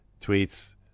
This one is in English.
tweets